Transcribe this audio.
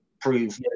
prove